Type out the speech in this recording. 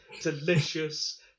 Delicious